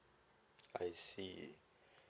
I see